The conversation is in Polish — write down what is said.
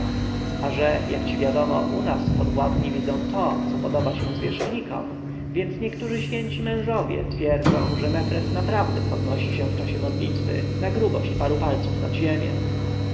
a że jak ci wiadomo u nas podwładni widzą to co podoba się zwierzchnikom więc niektórzy święci mężowie twierdzą że mefres naprawdę podnosi się w czasie modlitwy na grubość paru palców nad ziemię